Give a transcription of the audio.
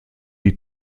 die